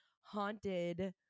haunted